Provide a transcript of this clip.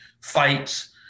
fights